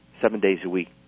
seven-days-a-week